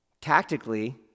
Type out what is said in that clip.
Tactically